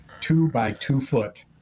two-by-two-foot